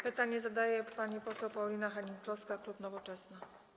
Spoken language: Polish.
Pytanie zadaje pani poseł Paulina Hennig-Kloska, klub Nowoczesna.